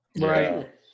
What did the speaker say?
right